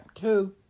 Two